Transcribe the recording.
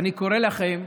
אני קורא לכם,